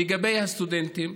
לגבי הסטודנטים,